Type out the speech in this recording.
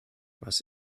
was